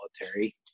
military